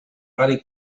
gary